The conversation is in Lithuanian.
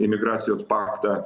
imigracijos paktą